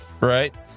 Right